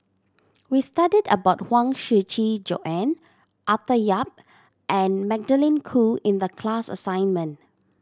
we studied about Huang Shiqi Joan Arthur Yap and Magdalene Khoo in the class assignment